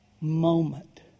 moment